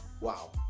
Wow